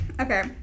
Okay